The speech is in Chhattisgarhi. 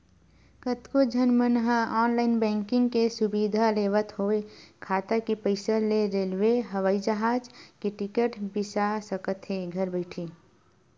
कतको झन मन ह ऑनलाईन बैंकिंग के सुबिधा लेवत होय खाता के पइसा ले रेलवे, हवई जहाज के टिकट बिसा सकत हे घर बइठे